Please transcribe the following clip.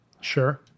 Sure